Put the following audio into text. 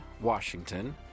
Washington